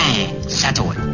Settle